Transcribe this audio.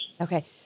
Okay